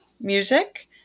music